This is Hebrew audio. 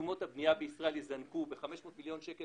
תשומות הבנייה בישראל יזנקו ב-500 מיליון שקל